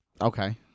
Okay